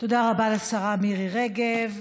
תודה רבה לשרה מירי רגב.